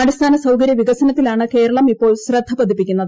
അടിസ്ഥാന സൌകര്യ വികസനത്തിലാണ് കേരളം ഇ പ്പോൾ ശ്രദ്ധ പതിപ്പിക്കുന്നത്